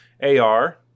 A-R